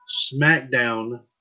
SmackDown